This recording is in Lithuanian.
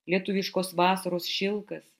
lietuviškos vasaros šilkas